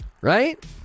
Right